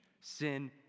Sin